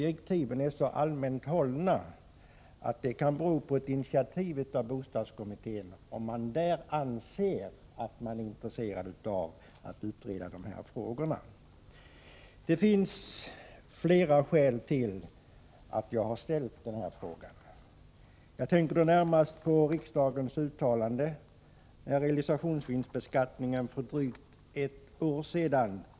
Direktiven är så allmänt hållna att det kan bero på bostadskommitténs initiativ och intresse om frågan utreds. Det finns flera skäl till att jag ställt denna fråga. Jag tänker då närmast på riksdagens uttalande i samband med beslut om realisationsvinstbeskattningen för drygt ett år sedan.